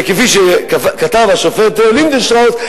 כפי שכתב השופט לינדנשטראוס,